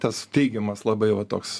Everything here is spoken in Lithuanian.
tas teigiamas labai va toks